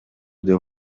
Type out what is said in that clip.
деп